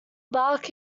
bark